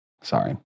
sorry